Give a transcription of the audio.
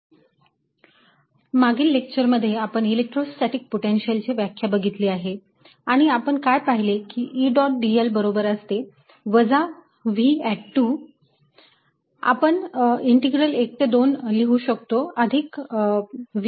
Laplace and Poisson equations for electrostatic potential मागील लेक्चरमध्ये आपण इलेक्ट्रोस्टॅटीक पोटेन्शिअल ची व्याख्या बघितली आहे आणि आपण काय पाहिले की E डॉट dl बरोबर असते वजा V आपण इंटीग्रल 1 ते 2 लिहू शकतो अधिक V